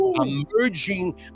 emerging